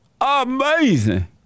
Amazing